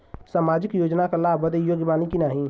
सामाजिक योजना क लाभ बदे योग्य बानी की नाही?